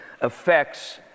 affects